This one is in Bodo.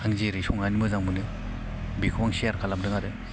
आं जेरै संनानै मोजां मोनो बेखौ आं चेयार खालामदों आरो